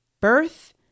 Birth